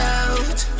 out